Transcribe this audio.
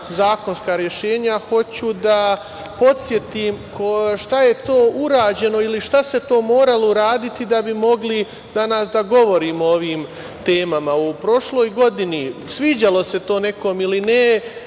zakonska rešenja, hoću da podsetim šta je to urađeno ili šta se moralo uraditi da bi mogli danas da govorim o ovim temama. U prošloj godini, sviđalo se to nekom ili ne,